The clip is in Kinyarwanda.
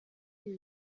ibi